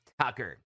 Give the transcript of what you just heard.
Tucker